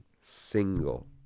single